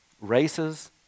races